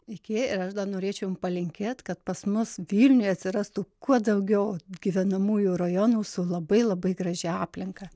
iki ir aš dar norėčiau jum palinkėt kad pas mus vilniuje atsirastų kuo daugiau gyvenamųjų rajonų su labai labai gražia aplinka